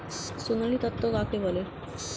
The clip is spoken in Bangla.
সোনালী তন্তু কাকে বলে?